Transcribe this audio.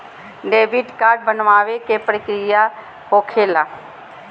Debit card बनवाने के का प्रक्रिया होखेला?